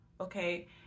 Okay